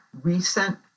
recent